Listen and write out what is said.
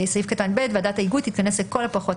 בשעות האחרונות וגם על ההימצאות שלכן ושלכם בשעה המאוחרת